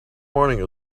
morning